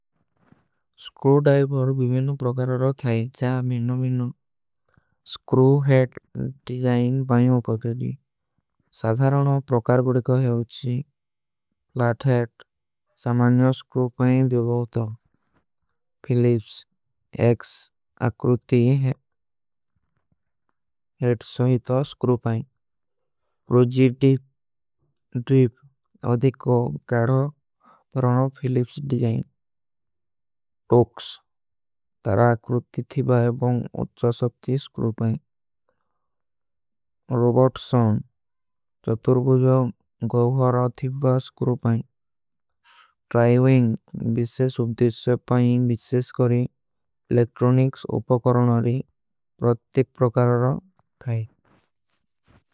Screw driver ଭୀବେନୁ ପ୍ରକାର ରୋ ଥାଈ ଚା ମିନୁ ମିନୁ ସ୍କ୍ରୂ ହେଟ ଡିଜାଇନ। ପାଇଁ ଆପକେ ଦୀ ସାଧାରାନ ପ୍ରକାର ଗୁଡେ କୋ ହୈ ଉଚ୍ଛୀ ପ୍ଲାଟ ହେଟ। ସମାନ୍ଯ ସ୍କ୍ରୂ ପାଇଁ ଭୀବୋ ଉତା ଫିଲିପ୍ସ ଏକ୍ସ। ଅକ୍ରୂତୀ ହୈ ସ୍କ୍ରୂ ପାଇଁ ରୋଜୀ ଡିଜାଇନ ପାଇଁ ଅଧିକୋ ଗଡୋ ପ୍ରଣୋ ଫିଲିପ୍ସ। ଡିଜାଇନ ଟୋକ୍ସ ତରା ଅକ୍ରୂତୀ ଥିଵା ଏପଂଗ ଉଚ୍ଛା ସକ୍ରୂ ପାଇଁ ରୋବଟ ସାଉନ। ଚତୁର ଗୁଜୋ ଗୌଵା ରାଥିଵା ସ୍କ୍ରୂ ପାଇଁ ଟ୍ରାଇଵିଂଗ ଵିଶେଷ ଉପତିଷ୍ଯ ପାଇଁ। ଵିଶେଷ କରୀ ଲେକ୍ଟ୍ରୋନିକ୍ସ ଉପକରଣାରୀ ପ୍ରତ୍ତିକ ପ୍ରକାରଣାର ଥାଈ।